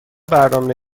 برنامه